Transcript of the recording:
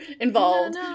involved